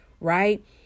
right